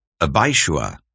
Abishua